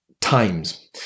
times